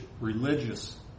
religious